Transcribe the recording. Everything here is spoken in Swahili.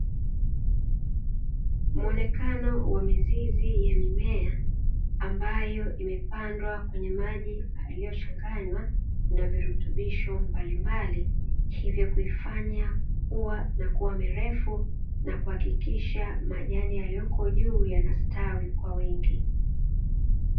Muonekano wa mizizi ya mimea ambayo imepandwa kwenye maji iliyochanganywa na virutubisho mbalimbali, hivyo kuifanya kuwa na kuwa mirefu na kuhakikisha majani yaliyoko juu yanastawi kwa wingi.